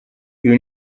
you